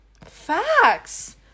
facts